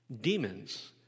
demons